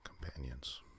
companions